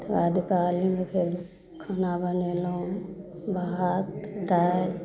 तकरा बाद ओकरा भेल फेर खाना बनेलहुँ भात दालि